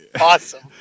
Awesome